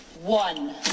one